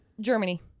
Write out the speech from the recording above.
Germany